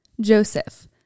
Joseph